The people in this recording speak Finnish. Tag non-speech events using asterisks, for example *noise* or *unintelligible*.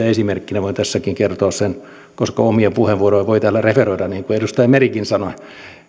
*unintelligible* esimerkkinä sitä voin tässäkin kertoa sen koska omia puheenvuoroja voi täällä referoida niin kuin edustaja merikin sanoi